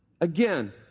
Again